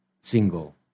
single